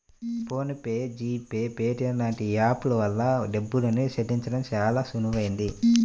phone pay, G Pay, Paytm లాంటి app ల వల్ల డబ్బుల్ని చెల్లించడం చానా సులువయ్యింది